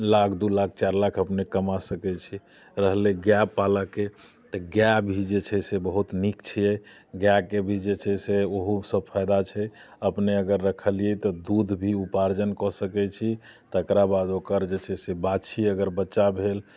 लाख दू लाख चारि लाख अपने कमा सकै छी रहलै गाय पालऽके गाय भी जे छै से बहुत नीक छियै गायके भी जे छै से ओहोसँ फायदा छै अपने अगर रखलियै तऽ दूध भी उपार्जन कऽ सकै छी तकराबाद ओकर जे छै से बाछी अगर बच्चा भेल